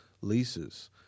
leases